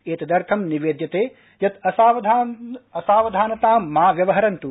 एतदर्थं निवेद्यते यत् असावधानतां मा व्यवहरन्त्